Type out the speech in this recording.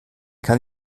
kann